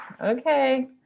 okay